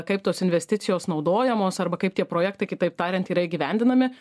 kaip tos investicijos naudojamos arba kaip tie projektai kitaip tariant yra įgyvendinami